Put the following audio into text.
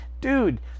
dude